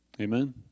Amen